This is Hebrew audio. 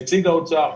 נציג משרד האוצר,